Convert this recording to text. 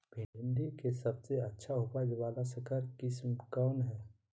भिंडी के सबसे अच्छा उपज वाला संकर किस्म कौन है?